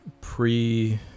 pre